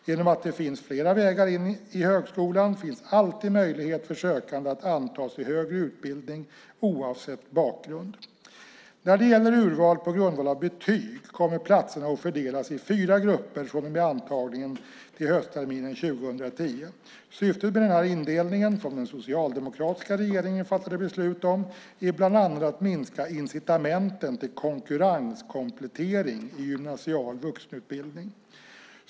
Genom att det finns flera vägar in i högskolan finns alltid möjlighet för sökande att antas till högre utbildning oavsett bakgrund. När det gäller urval på grundval av betyg kommer platserna att fördelas i fyra grupper från och med antagningen till höstterminen 2010. Syftet med denna indelning, som den socialdemokratiska regeringen fattade beslut om, är bland annat att minska incitamenten till konkurrenskomplettering i gymnasial vuxenutbildning.